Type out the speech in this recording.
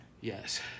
Yes